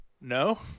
no